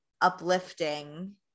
uplifting